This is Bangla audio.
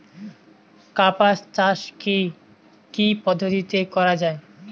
কার্পাস চাষ কী কী পদ্ধতিতে করা য়ায়?